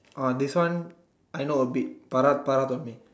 uh this one I know a bit Farah Farah told me